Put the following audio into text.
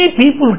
people